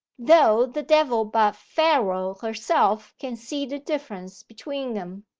though the devil but pharaoh herself can see the difference between em.